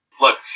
Look